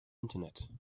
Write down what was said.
internet